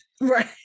Right